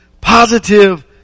positive